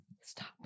stop